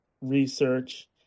research